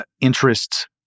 interests